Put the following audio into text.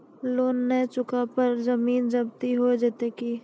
Loan न चुका पर जमीन जब्ती हो जैत की?